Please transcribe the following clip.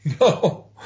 No